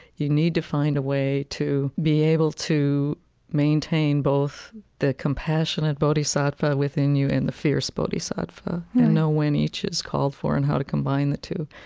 you need to find a way to be able to maintain both the compassionate bodhisattva within you and the fierce bodhisattva and know when each is called for and how to combine the two.